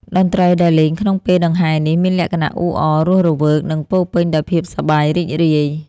តន្ត្រីដែលលេងក្នុងពេលដង្ហែនេះ មានលក្ខណៈអ៊ូអរ រស់រវើក និងពោរពេញដោយភាពសប្បាយរីករាយ